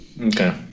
Okay